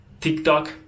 TikTok